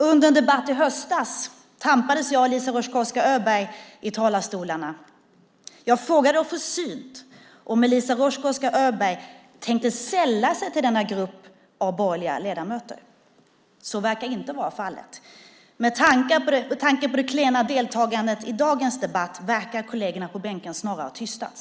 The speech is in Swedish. Under en debatt i höstas tampades jag och Eliza Roszkowska Öberg i talarstolarna, och jag frågade försynt om hon tänkte sälla sig till denna grupp av borgerliga ledamöter. Så verkar inte vara fallet. Med tanke på det klena deltagandet i dagens debatt verkar kollegerna på bänken snarare ha tystats.